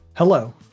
Hello